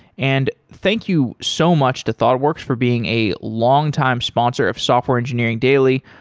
and thank you so much to thoughtworks for being a longtime sponsor of software engineering daily.